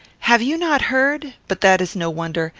have you not heard? but that is no wonder.